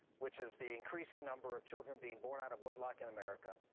which is the increasing number of children being born out of wedlock in america,